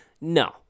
No